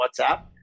WhatsApp